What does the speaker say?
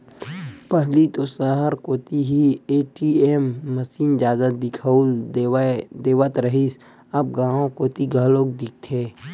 पहिली तो सहर कोती ही ए.टी.एम मसीन जादा दिखउल देवत रहय अब गांव कोती घलोक दिखथे